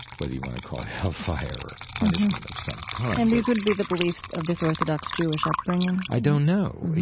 whether you want to call it hellfire or punishment of some kind and these would be the beliefs of this orthodox jewish upbringing? i don't know.